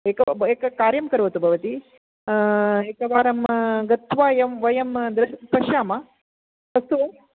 एकं एकं कार्यं करोतु भवति एकवारं गत्वा यं वयं पश्याम अस्तु वा